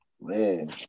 Man